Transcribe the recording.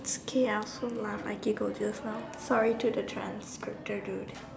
okay I also laugh I can go just now sorry to the trans Crypto dude